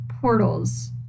portals